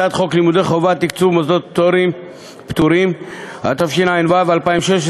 הצעת חוק לימוד חובה (תקצוב מוסדות פטורים) התשע"ו 2016,